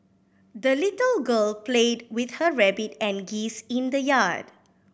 the little girl played with her rabbit and geese in the yard